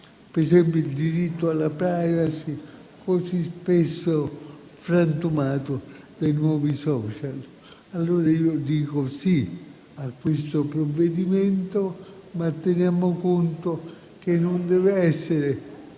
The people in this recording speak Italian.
ad esempio il diritto alla *privacy* così spesso frantumato dai nuovi *social*. Allora dico sì a questo provvedimento, ma teniamo conto che non deve essere